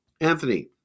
Anthony